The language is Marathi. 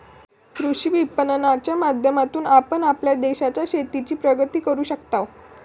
कृषी विपणनाच्या माध्यमातून आपण आपल्या देशाच्या शेतीची प्रगती करू शकताव